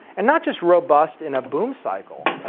and not just robust in a boom cycle,